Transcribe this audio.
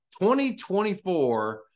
2024